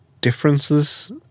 differences